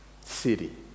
city